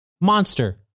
Monster